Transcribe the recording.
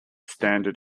standard